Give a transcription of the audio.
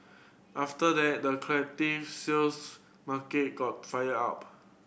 after that the collective sales market got fired up